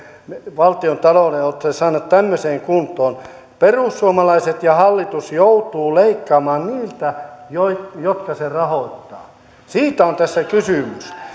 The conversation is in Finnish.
valtiontalouden olette saaneet tämmöiseen kuntoon perussuomalaiset ja hallitus joutuu leikkaamaan niiltä joita se rahoittaa siitä on tässä kysymys